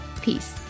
Peace